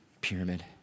pyramid